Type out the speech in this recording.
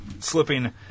Slipping